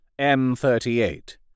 m38